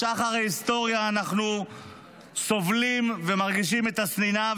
משחר ההיסטוריה אנחנו סובלים ומרגישים את השנאה,